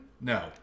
No